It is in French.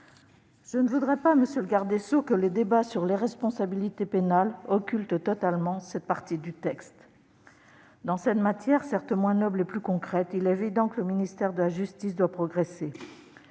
Je ne voudrais pas, monsieur le garde des sceaux, que le débat sur l'irresponsabilité pénale occulte totalement cette partie du texte. Dans cette matière, certes moins noble et plus concrète, il est évident que le ministère de la justice doit progresser.